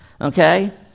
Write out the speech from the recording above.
Okay